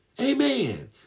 Amen